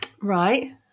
right